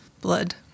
blood